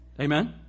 Amen